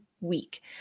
week